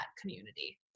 community